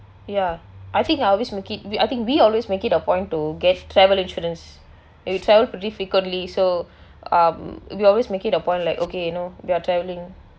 ya I think I always make it we I think we always make it a point to get travel insurance we travel pretty frequently so um we always make it a point like okay you know we are travelling